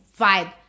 vibe